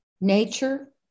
nature